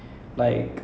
mm